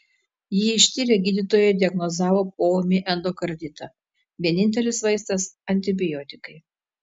jį ištyrę gydytojai diagnozavo poūmį endokarditą vienintelis vaistas antibiotikai